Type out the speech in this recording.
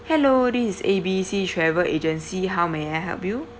hello this is A B C travel agency how may I help you